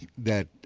that